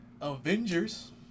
Avengers